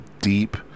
deep